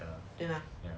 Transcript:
对吧